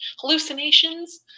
hallucinations